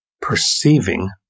perceiving